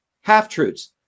Half-truths